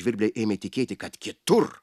žvirbliai ėmė tikėti kad kitur